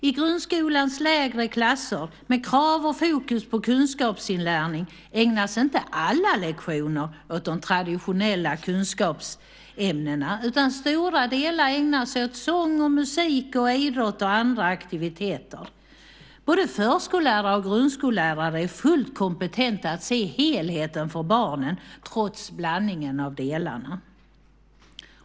I grundskolans lägre klasser, med krav och fokus på kunskapsinlärning, ägnas inte alla lektioner åt de traditionella kunskapsämnena, utan stora delar ägnas åt idrott, musik, sång och andra aktiviteter. Både förskollärare och grundskollärare är fullt kompetenta att se helheten för barnen, trots blandningen av delarna.